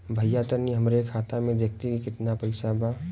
भईया तनि हमरे खाता में देखती की कितना पइसा बा?